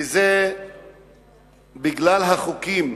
וזה בגלל החוקים,